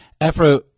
Afro